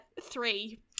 three